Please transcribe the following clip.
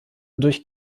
durch